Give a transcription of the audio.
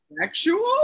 Sexual